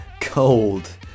cold